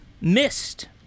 missed